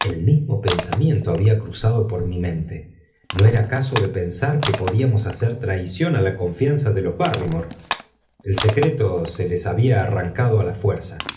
el mismo pensamiento había cruzado por mi mente no era caso de pensar que podíamos hacer traición á la confianza de los barrymore el secreto se les había arrancado á la fuerza